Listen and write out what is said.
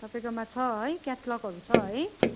तपाईँकोमा छ है क्याटलगहरू छ है